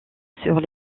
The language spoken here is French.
sur